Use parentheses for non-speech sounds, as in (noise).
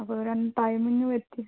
അപ്പം (unintelligible)